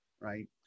right